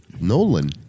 nolan